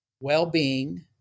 well-being